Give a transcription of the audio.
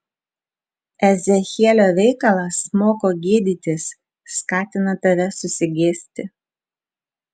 ezechielio veikalas moko gėdytis skatina tave susigėsti